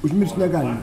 užmiršt negalim